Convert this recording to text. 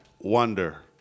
Wonder